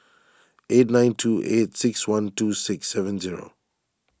eight nine two eight six one two six seven zero